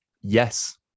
Yes